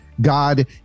God